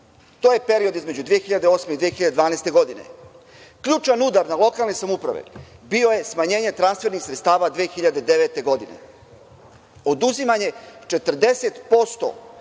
To je period između 2008. i 2012. godine. Ključan udar na lokalne samouprave bio je smanjenje transfernih sredstava 2009. godine, oduzimanje 40%